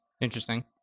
Interesting